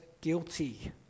guilty